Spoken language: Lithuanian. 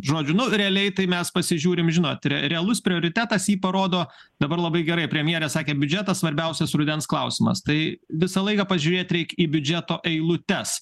žodžiu nu realiai tai mes pasižiūrim žinot realus prioritetas jį parodo dabar labai gerai premjerė sakė biudžetas svarbiausias rudens klausimas tai visą laiką pažiūrėt reik į biudžeto eilutes